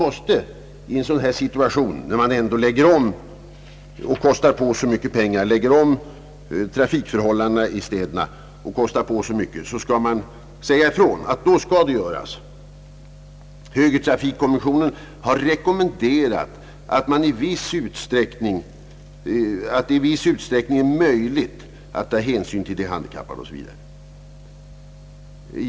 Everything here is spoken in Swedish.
Men i en sådan här situation, när man ändå lägger om trafik förhållandena i städerna och det hela kostar så mycket pengar, så skall man säga ifrån att då skall det göras. Högertrafikkommissionen har rekommenderat att det i viss utsträckning är möjligt att ta hänsyn till de handikappade, säger statsrådet.